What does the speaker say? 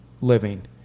living